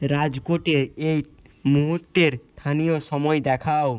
রাজকোটে এই মুহূর্তের স্থানীয় সময় দেখাও